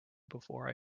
before